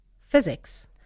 physics